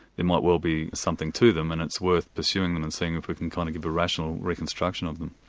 and might well be something to them, and it's worth pursuing them and seeing if we can kind of give a rational reconstruction of them.